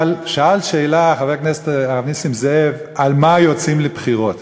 אבל שאל שאלה חבר הכנסת הרב נסים זאב: על מה יוצאים לבחירות?